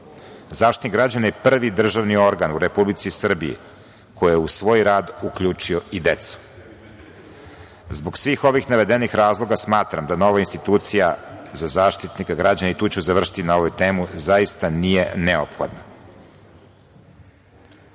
građana je prvi državni organ u Republici Srbiji koji je u svoj rad uključio i decu. Zbog svih ovih navedenih razloga, smatram da nova institucija Zaštitnika građana i tu ću završiti ovu temu, zaista nije neophodna.